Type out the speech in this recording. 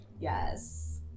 Yes